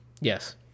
Yes